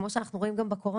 כמו שאנחנו רואים גם בקורונה,